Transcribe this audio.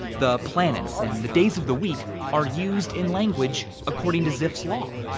the planets and the days of the week are used in language according to zipf's law.